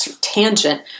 tangent